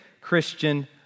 Christian